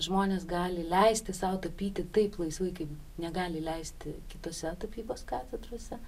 žmonės gali leisti sau tapyti taip laisvai kaip negali leisti kitose tapybos katedrose